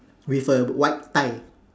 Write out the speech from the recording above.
with a white tie